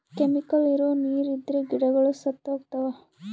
chemical ಇರೋ ನೀರ್ ಇದ್ರೆ ಗಿಡಗಳು ಸತ್ತೋಗ್ತವ